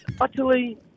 utterly